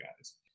guys